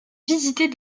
visiter